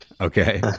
Okay